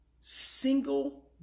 single